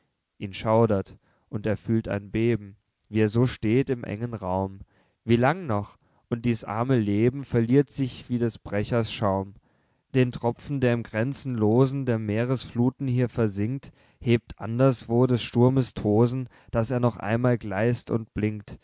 ihn schaudert und er fühlt ein beben wie er so steht im engen raum wie lang noch und dies arme leben verliert sich wie des brechers schaum den tropfen der im grenzenlosen der meeresfluthen hier versinkt hebt anderswo des sturmes tosen daß er noch einmal gleißt und blinkt